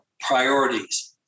priorities